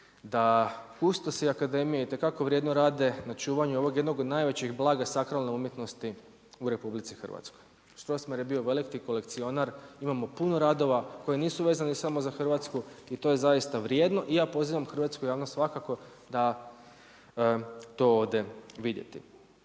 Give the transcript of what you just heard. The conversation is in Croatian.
da kustosi akademije itekako vrijedno rade na čuvanju ovog jednog od najvećih blaga sakralne umjetnosti u RH. Strossmayer je bio veliki kolekcionar, imamo puno radova koji nisu vezani samo za Hrvatsku i to je zaista vrijedno i ja pozivam hrvatsku javnost svakako da to ode vidjeti.